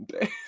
days